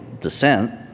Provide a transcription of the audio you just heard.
descent